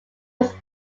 was